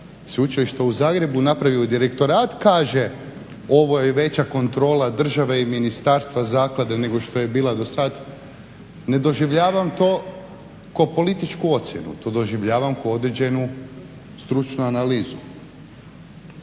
Sveučilišta u Zagrebu napravi u direktorat kaže ovo je veća kontrola država i ministarstva zaklade nego što je bila do sada. Ne doživljavam to kao političku ocjenu, to doživljavam kao određenu stručnu analizu.